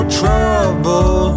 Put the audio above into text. trouble